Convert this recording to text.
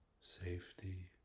safety